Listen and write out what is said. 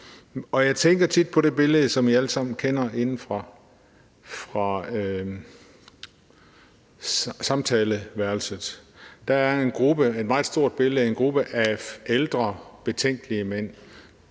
jeg tænker tit på det billede, som I allesammen kender, inde fra Samtaleværelset. Det er et meget stort billede af en gruppe af ældre betænkelige mænd.